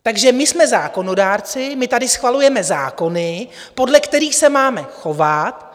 Takže my jsme zákonodárci, my tady schvalujeme zákony, podle kterých se máme chovat.